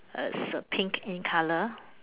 that's a pink in color